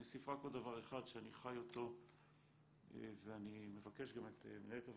אני אוסיף עוד דבר אחד שאני חי אותו ואני מבקש גם את מנהלת הוועדה,